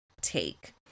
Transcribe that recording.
take